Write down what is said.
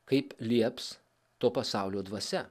kaip lieps to pasaulio dvasia